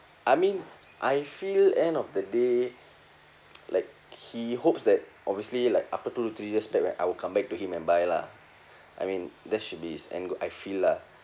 I mean I feel end of the day like he hopes that obviously like after two or three years back right I will come back to him and buy lah I mean that should be his angle I feel lah